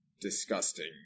disgusting